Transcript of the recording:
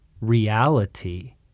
reality